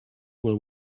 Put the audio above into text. will